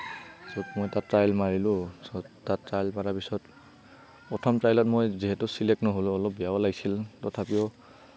য'ত মই তাত ট্ৰাইল মাৰিলোঁ তাত ট্ৰাইল মৰা পিছত প্ৰথম ট্ৰাইলত মই যিহেতু চিলেক্ট নহ'লোঁ অলপ বেয়াও লাগিছিল তথাপিও